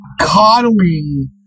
Coddling